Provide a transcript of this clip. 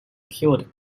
killed